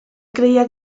creía